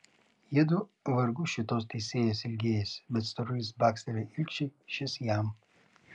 jiedu vargu šitos teisėjos ilgėjosi bet storulis bakstelėjo ilgšiui šis jam